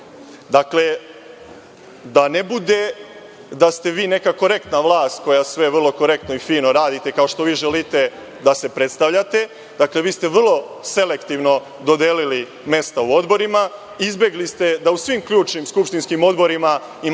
da ne bude da ste vi neka korektna vlast koja sve vrlo korektno i fino radi, kao što vi želite da se predstavljate. Dakle, vi ste vrlo selektivno dodelili mesta u odborima, izbegli ste da u svim ključnim skupštinskim odborima imate